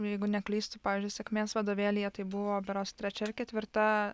jeigu neklystu pavyzdžiui sėkmės vadovėlyje tai buvo berods trečia ar ketvirta